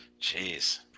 jeez